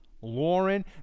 Lauren